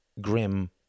grim